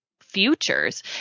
futures